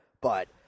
But-